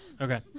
Okay